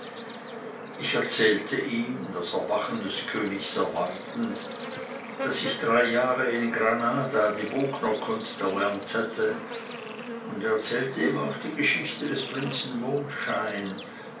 ich erzählte ihm das erwachen des königs erwartend daß ich drei jahre in granada die bognerkunst erlernt hätte und erzählte ihm auch die geschichte des prinzen mondschein